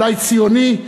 אולי ציוני,